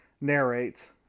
narrates